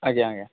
ଆଜ୍ଞା ଆଜ୍ଞା